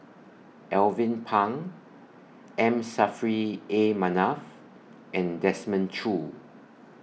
Alvin Pang M Saffri A Manaf and Desmond Choo